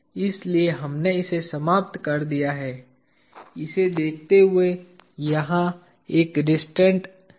इसलिए हमने इसे समाप्त कर दिया है इसे देखते हुए यहां एक रिस्ट्रैन्ट है